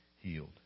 healed